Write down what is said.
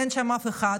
אין שם אף אחד,